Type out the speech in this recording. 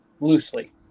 Loosely